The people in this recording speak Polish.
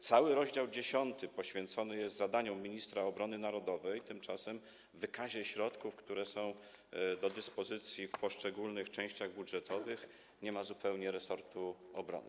Cały rozdział 10 poświęcony jest zadaniom ministra obrony narodowej, tymczasem w wykazie środków, które są do dyspozycji w poszczególnych częściach budżetowych, nie ma zupełnie środków dla resortu obrony.